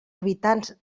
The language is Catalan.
habitants